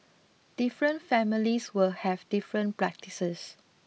different families will have different practices